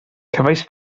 cefais